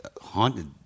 haunted